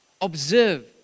Observe